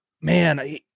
Man